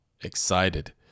excited